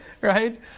right